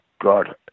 God